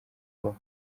obama